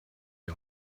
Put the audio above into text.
die